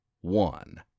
one